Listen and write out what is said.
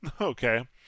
Okay